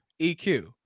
EQ